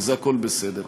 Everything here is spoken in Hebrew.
והכול בסדר.